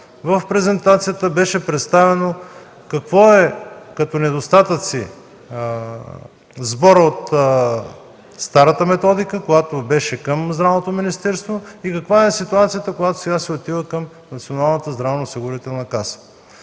много ясно беше представено какъв е като недостатъци сборът от старата методика, когато беше към Здравното министерство и каква е ситуацията, когато сега се отива към